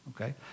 okay